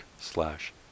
slash